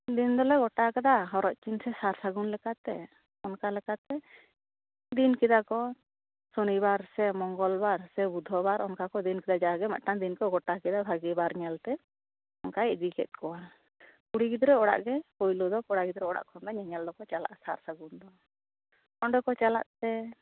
ᱫᱤᱱ ᱫᱚᱞᱮ ᱜᱚᱴᱟ ᱟᱠᱟᱫᱟ ᱦᱚᱨᱚᱜ ᱪᱤᱱ ᱥᱟᱨ ᱥᱟᱹᱜᱩᱱ ᱞᱮᱠᱟᱛᱮ ᱚᱱᱠᱟ ᱞᱮᱠᱟᱛᱮ ᱫᱤᱱ ᱠᱮᱫᱟ ᱠᱚ ᱥᱚᱱᱤ ᱵᱟᱨ ᱥᱮ ᱢᱚᱝᱜᱚᱞ ᱵᱟᱨ ᱥᱮ ᱵᱩᱫᱷᱚ ᱵᱟᱨ ᱚᱱᱠᱟ ᱠᱚ ᱫᱤᱱ ᱠᱮᱫᱟ ᱡᱟᱜᱮ ᱢᱤᱫ ᱴᱟᱝ ᱫᱤᱱ ᱠᱚ ᱜᱚᱴᱟ ᱠᱮᱫᱟ ᱵᱷᱟᱹᱜᱤ ᱵᱟᱨ ᱧᱮᱞ ᱛᱮ ᱚᱱᱠᱟᱭ ᱤᱫᱤ ᱠᱮᱫ ᱠᱚᱣᱟ ᱠᱩᱲᱤ ᱜᱤᱫᱽᱨᱟᱹ ᱚᱲᱟᱜ ᱜᱮ ᱯᱩᱭᱞᱳ ᱫᱚ ᱠᱚᱲᱟ ᱜᱤᱫᱽᱨᱟᱹ ᱚᱲᱟᱜ ᱠᱷᱚᱱ ᱧᱮᱧᱮᱞ ᱫᱚᱠᱚ ᱪᱟᱞᱟᱜᱼᱟ ᱥᱟᱨ ᱥᱟᱹᱜᱩᱱ ᱫᱚ ᱚᱸᱰᱮ ᱠᱚ ᱪᱟᱞᱟᱜ ᱛᱮ